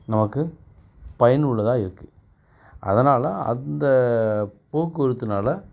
நமக்கு பயனுள்ளதாக இருக்குது அதனால் அந்த போக்குவரத்தினால